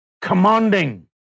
commanding